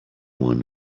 one